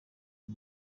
uyu